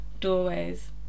Doorways